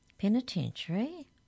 Penitentiary